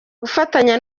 gufatanya